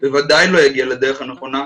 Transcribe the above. בוודאי לא יגיע לדרך הנכונה.